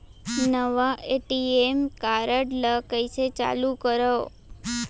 नवा ATM card ल कइसे चालू करव?